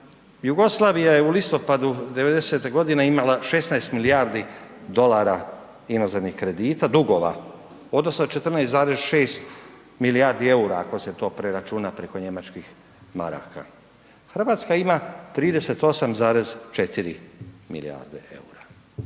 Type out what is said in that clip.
Jugoslavija je u listopadu '90. godine imala 16 milijardi dolara inozemnih kredita dugova odnosno 14,6 milijardi eura ako se to preračuna preko njemačkih maraka. Hrvatska ima 38,4 milijarde eura